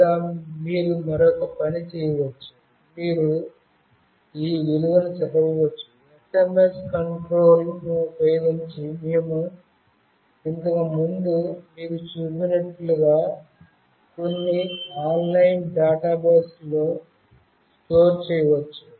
లేదా మీరు మరొక పని చేయవచ్చు మీరు ఈ విలువను చదవవచ్చు SMS కంట్రోల్ ను ఉపయోగించి మేము ఇంతకు ముందు మీకు చూపించినట్లుగా కొన్ని ఆన్లైన్ డేటాబేస్లో స్టోర్ చేయవచ్చు